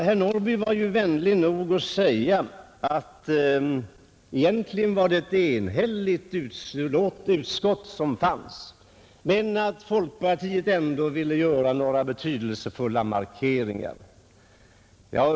Herr Norrby var vänlig nog att säga att det egentligen var ett enhälligt utskott, men att folkpartiet ändå ville göra några betydelsefulla markeringar.